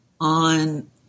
on